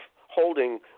holding